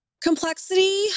Complexity